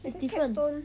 there's difference